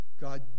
god